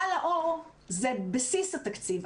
סל לאור זה בסיס התקציב.